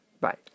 bye